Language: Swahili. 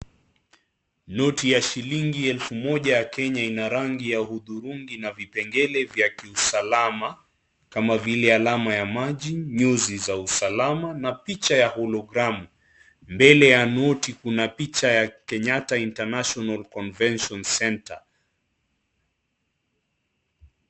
Noti ya shilingi ya elfu moja ya kenya ina rangi ya hudhurungi na vipengele vya kiusalama kama vile alama ya maji, nyuzi za usalama na picha ya hologramu. Mbele ya noti kuna picha ya Kenyatta International Convention Centre.